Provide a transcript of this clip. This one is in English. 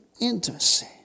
intimacy